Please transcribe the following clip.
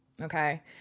okay